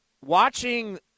watching